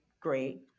great